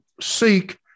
seek